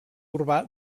urbà